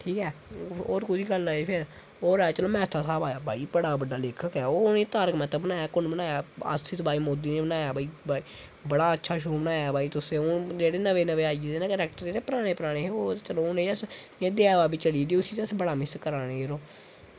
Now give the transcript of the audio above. ठीक ऐ होर कोह्दी गल्ल आई फिर चलो मेह्ता दा स्हाब लाया की चलो ओह् बड़ा बड्डा लेखक ऐ तारक मेहता बनाया कुन्न बनाया आशीष भाई मोदी नै बनाया भाई बड़ा अच्छा शो बनाया तुसें जेह्ड़े नमें नमें आई गेदे जेह्ड़े पराने पराने हे ओह् ते चलो जेह्ड़े बजारै पर चली दे उसी तुस जादै मिस करा दे